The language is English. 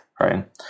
right